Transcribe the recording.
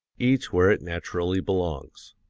each where it naturally belongs.